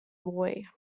boy